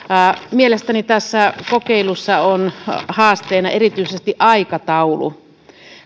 mielestäni tässä kokeilussa on haasteena erityisesti aikataulu